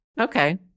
Okay